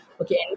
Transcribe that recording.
Okay